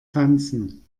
tanzen